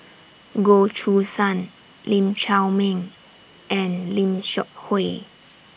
Goh Choo San Lee Chiaw Meng and Lim Seok Hui